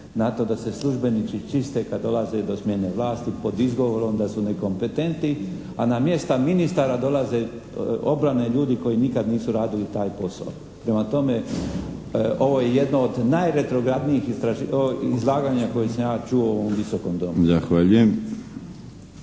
na to da se službenici čiste kad dolazi do smjene vlasti pod izgovorom da su nekompetentni a na mjesta ministara dolaze, obrane ljudi koji nikada nisu radili taj posao. Prema tome ovo je jedno od najretrogradnijih izlaganja koje sam ja čuo u ovom Visokom domu.